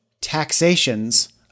taxations